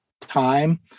time